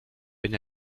bin